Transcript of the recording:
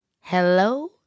Hello